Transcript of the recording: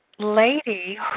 Lady